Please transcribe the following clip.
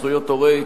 זכויות הורה),